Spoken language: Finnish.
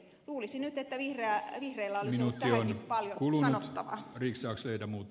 luulisi nyt että vihreillä olisi ollut tähänkin paljon sanottavaa